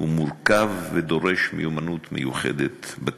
הוא מורכב, ודורש מיומנות מיוחדת בטיפול.